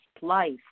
life